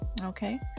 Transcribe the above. okay